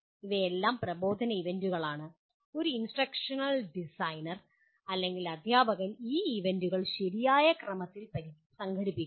ഇവയെല്ലാം പ്രബോധന ഈവൻ്റുകളാണ് ഒരു ഇൻസ്ട്രക്ഷണൽ ഡിസൈനർ അല്ലെങ്കിൽ അധ്യാപകൻ ഈ ഈവൻ്റുകൾ ശരിയായ ക്രമത്തിൽ സംഘടിപ്പിക്കും